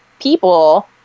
people